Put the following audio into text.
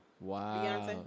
wow